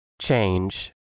change